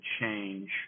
change